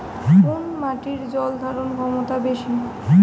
কোন মাটির জল ধারণ ক্ষমতা বেশি?